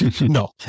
No